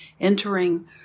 entering